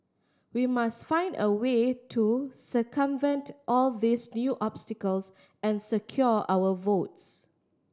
we must find a way to circumvent all these new obstacles and secure our votes